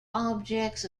objects